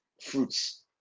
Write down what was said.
fruits